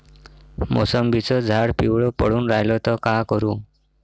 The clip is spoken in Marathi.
मोसंबीचं झाड पिवळं पडून रायलं त का करू?